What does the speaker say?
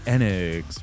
Enix